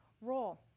role